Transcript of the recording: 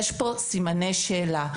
יש כאן סימני שאלה.